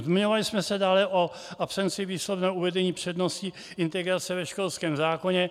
Minule jsme se bavili o absenci výslovného uvedení přednosti integrace ve školském zákoně.